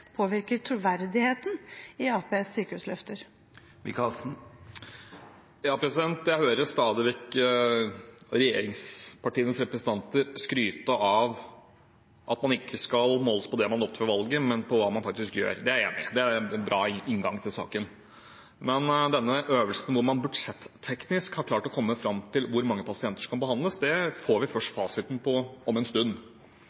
påvirker troverdigheten i Arbeiderpartiets sykehusløfter. Jeg hører stadig vekk regjeringspartienes representanter skryte av at man ikke skal måles på det man lovte før valget, men på hva man faktisk gjør. Det er jeg enig i, det er en bra inngang til saken. Men denne øvelsen hvor man budsjetteknisk har klart å komme fram til hvor mange pasienter som kan behandles, det får vi først fasiten på om en stund,